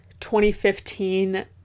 2015